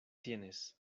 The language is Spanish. tienes